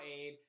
aid